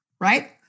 right